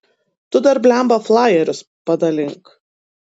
tu dar blemba flajerius padalink